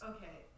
Okay